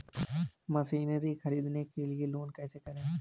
Machinery ख़रीदने के लिए लोन कैसे करें?